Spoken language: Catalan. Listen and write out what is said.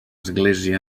església